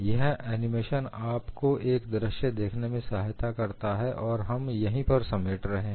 यह एनिमेशन आपको यह दृश्य देखने में सहायता करता है और हम यहीं पर समेट रहे हैं